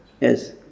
Yes